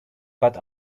but